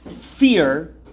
fear